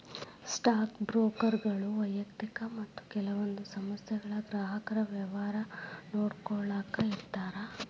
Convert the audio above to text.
stock ಬ್ರೋಕರ್ಗಳು ವ್ಯಯಕ್ತಿಕ ಮತ್ತ ಕೆಲವೊಂದ್ ಸಂಸ್ಥೆಗಳ ಗ್ರಾಹಕರ ವ್ಯವಹಾರ ನೋಡ್ಕೊಳ್ಳಾಕ ಇರ್ತಾರ